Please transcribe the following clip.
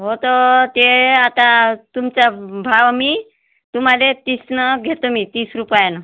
हो तर ते आता तुमचा भाव मी तुम्हाला तीसनं घेतो मी तीस रुपयानं